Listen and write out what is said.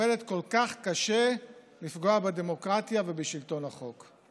עובדת כל כך קשה לפגוע בדמוקרטיה ובשלטון החוק.